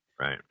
right